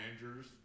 managers